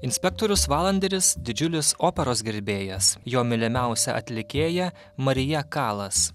inspektorius valanderis didžiulis operos gerbėjas jo mylimiausia atlikėja marija kalas